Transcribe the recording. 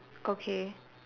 okay